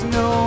no